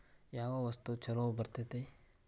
ಯಾವ ವಸ್ತು ಛಲೋ ಬರ್ತೇತಿ?